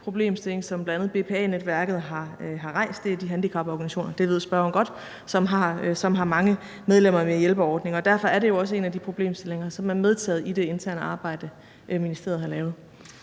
som bl.a. BPA-netværket har rejst, det er de handicaporganisationer – det ved spørgeren godt – som har mange medlemmer med hjælpeordninger. Derfor er det jo også en af de problemstillinger, som er medtaget i det interne arbejde, ministeriet har lavet.